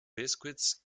biscuits